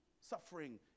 suffering